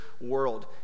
world